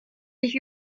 sich